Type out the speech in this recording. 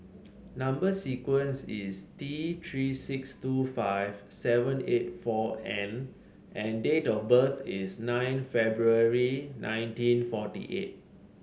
number sequence is T Three six two five seven eight four N and date of birth is nine February nineteen forty eight